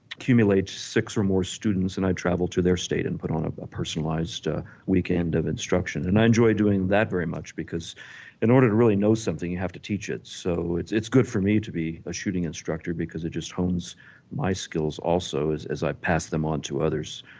accumulate six or more students and i travel to their state and put on a ah personalized weekend of instruction. and i enjoy doing that very much because in order to really know something you have to teach it. so it's it's good for me to be a shooting instructor because it just hones my skills also as as i pass them onto others.